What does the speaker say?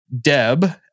DEB